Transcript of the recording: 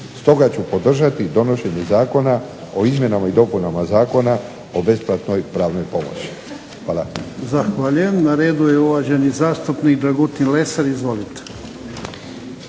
Stoga ću podržati donošenje Zakona o izmjenama i dopunama Zakona o besplatnoj pravnoj pomoći. Hvala. **Jarnjak, Ivan (HDZ)** Zahvaljujem. Na redu je uvaženi zastupnik Dragutin Lesar. Izvolite.